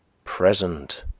present,